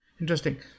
interesting